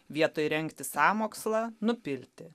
vietoj rengti sąmokslą nupilti